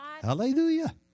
Hallelujah